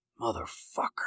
Motherfucker